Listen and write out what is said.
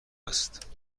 است